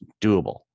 doable